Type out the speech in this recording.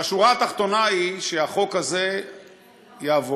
והשורה התחתונה היא שהחוק הזה יעבור.